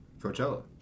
Coachella